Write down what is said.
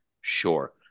Sure